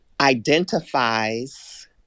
identifies